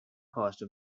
cost